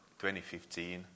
2015